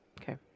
Okay